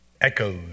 echoes